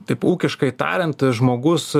taip ūkiškai tariant žmogus